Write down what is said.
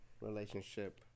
relationship